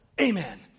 Amen